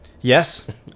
Yes